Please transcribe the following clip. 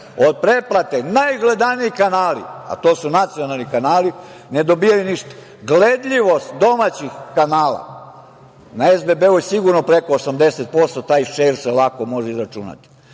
pretplate najgledaniji kanali, a to su nacionalni kanali, ne dobijaju ništa. Gledivost domaćih kanala na SBB je sigurno preko 80%, taj šer se lako može izračunati.